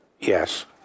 Yes